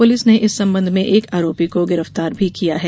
police ने इस संबंध में एक आरोपी को गिरफ्तार किया है